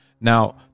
Now